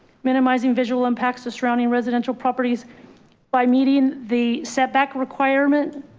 minimizing visual impacts the surrounding residential properties by meeting the setback requirement.